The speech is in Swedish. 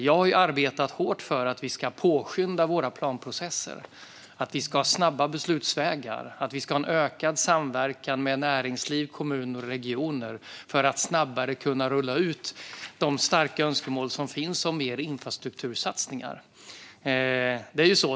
Jag har arbetat hårt för att vi ska påskynda våra planprocesser, för att vi ska ha snabba beslutsvägar och för att vi ska en ökad samverkan med näringsliv, kommuner och regioner för att snabbare kunna rulla ut de starka önskemål som finns om mer infrastruktursatsningar.